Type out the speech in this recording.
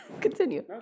Continue